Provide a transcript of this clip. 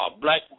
black